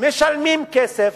משלמים כסף,